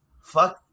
Fuck